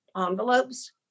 envelopes